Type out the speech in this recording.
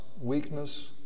weakness